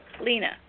Lena